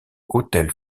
hôtel